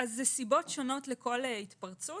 יש סיבות שונות לכל התפרצות.